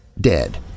Dead